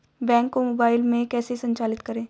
Bank को mobile में कैसे संचालित करें?